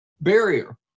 barrier